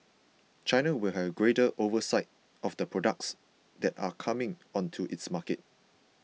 China will have greater oversight of the products that are coming onto its market